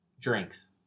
drinks